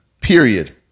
Period